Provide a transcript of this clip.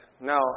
Now